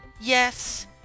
yes